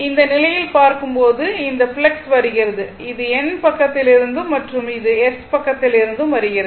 இந்த நிலையில் இருக்கும் போது இந்த ஃப்ளக்ஸ் வருகிறது இது N பக்கத்திலிருந்தும் மற்றும் இது S பக்கத்திலிருந்தும் வருகிறது